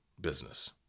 business